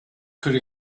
could